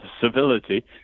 civility